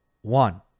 one